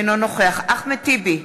אינו נוכח אחמד טיבי,